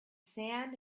sand